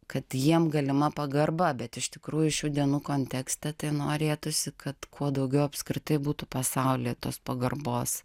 kad jiem galima pagarba bet iš tikrųjų šių dienų kontekste tai norėtųsi kad kuo daugiau apskritai būtų pasaulyje tos pagarbos